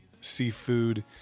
seafood